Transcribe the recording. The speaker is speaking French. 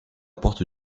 porte